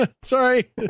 sorry